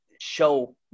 show